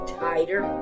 tighter